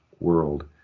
world